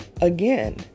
again